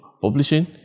publishing